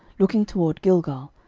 looking toward gilgal,